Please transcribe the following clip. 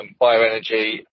bioenergy